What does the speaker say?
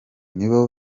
nibo